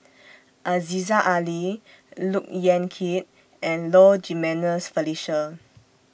Aziza Ali Look Yan Kit and Low Jimenez Felicia